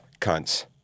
cunts